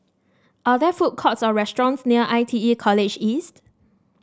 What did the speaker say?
are there food courts or restaurants near I T E College East